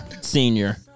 senior